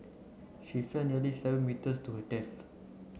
she fell nearly seven metres to her death